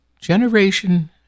generation